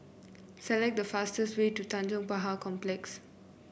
select the fastest way to Tanjong Pagar Complex